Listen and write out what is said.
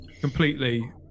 completely